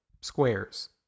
squares